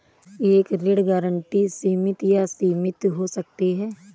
एक ऋण गारंटी सीमित या असीमित हो सकती है